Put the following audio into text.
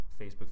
facebook